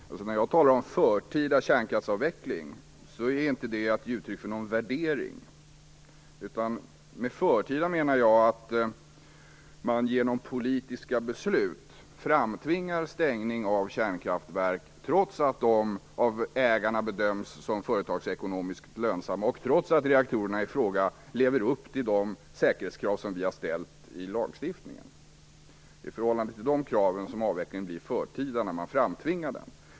Herr talman! När jag talar om förtida kärnkraftsavveckling ger jag inte uttryck för någon värdering. Med förtida avveckling menar jag att man genom politiska beslut framtvingar en stängning av kärnkraftverk, trots att de av ägarna bedöms som företagsekonomiskt lönsamma och trots att reaktorerna ifråga lever upp till de säkerhetskrav som har fastställts i lagstiftningen. Det är i förhållande till dessa krav som avvecklingen blir förtida när man framtvingar den.